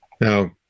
Now